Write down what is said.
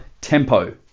tempo